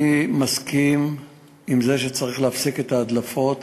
אני מסכים לזה שצריך להפסיק את ההדלפות,